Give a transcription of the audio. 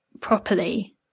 properly